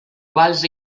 quals